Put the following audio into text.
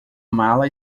mala